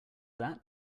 that